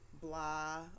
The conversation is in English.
blah